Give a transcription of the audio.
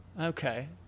Okay